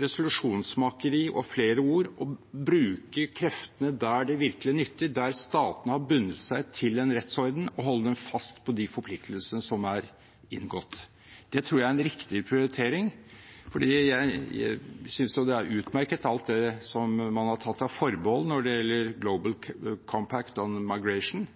resolusjonsmakeri og flere ord, og bruke kreftene der det virkelig nytter, der statene har bundet seg til en rettsorden, og holde dem fast på de forpliktelsene som er inngått. Det tror jeg er en riktig prioritering, for jeg synes det er utmerket, alt det som man har tatt av forbehold når det gjelder Global Compact for Migration.